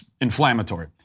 inflammatory